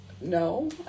No